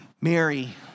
Mary